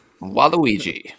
Waluigi